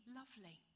lovely